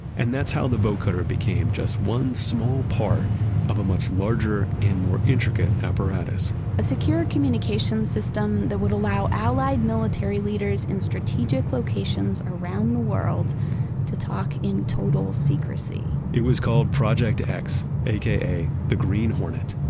and that's how the vocoder became just one small part of a much larger and more intricate apparatus a secure communication system that would allow allied military leaders in strategic locations around the world to talk in total secrecy it was called project x, aka the green hornet,